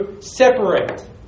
separate